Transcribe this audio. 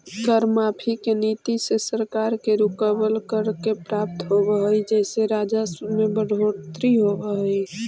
कर माफी के नीति से सरकार के रुकवल, कर के प्राप्त होवऽ हई जेसे राजस्व में बढ़ोतरी होवऽ हई